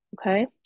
Okay